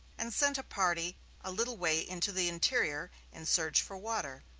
and sent a party a little way into the interior in search for water.